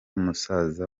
musaza